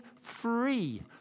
free